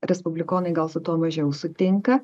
respublikonai gal su tuo mažiau sutinka